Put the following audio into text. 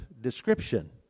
description